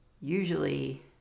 usually